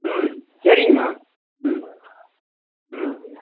ம் சரிங்கம்மா ம் ம்